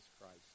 Christ